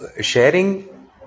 sharing